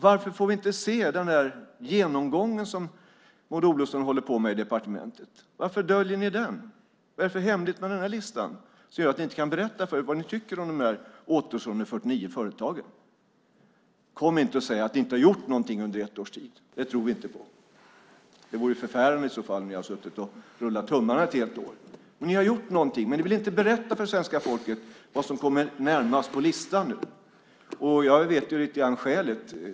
Varför får vi inte se den genomgång som Maud Olofsson håller på med i departementet? Varför döljer ni den? Vad är det för hemligt med listan som gör att ni inte kan berätta vad ni tycker om de återstående 49 företagen? Säg inte att ni inte har gjort något under ett års tid. Det tror vi inte på. Det vore ju förfärande om ni har suttit och rullat tummarna i ett helt år. Ni har gjort något, men ni vill inte berätta för svenska folket vad som står högst upp på listan nu. Jag vet ju skälet.